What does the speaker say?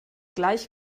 gleich